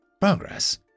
progress